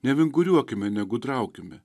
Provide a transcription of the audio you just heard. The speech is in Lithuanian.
nevinguriuokime negudraukime